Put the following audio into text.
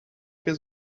his